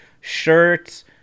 shirts